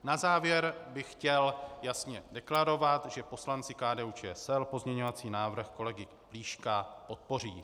Na závěr bych chtěl jasně deklarovat, že poslanci KDUČSL pozměňovací návrh kolegy Plíška podpoří.